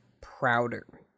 prouder